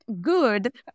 good